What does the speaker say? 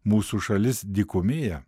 mūsų šalis dykumėja